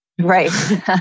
Right